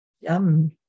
Yum